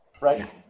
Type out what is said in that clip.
Right